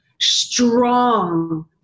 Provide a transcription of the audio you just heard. strong